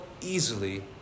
easily